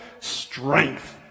strength